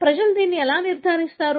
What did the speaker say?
ప్రజలు దీనిని ఎలా నిర్ధారిస్తారు